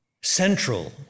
central